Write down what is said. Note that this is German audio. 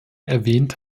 erwähnt